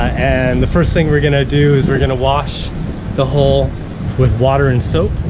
and the first thing we're going to do is we're going to wash the hull with water and soap.